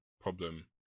problem